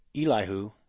Elihu